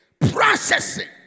processing